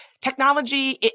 technology